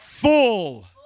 Full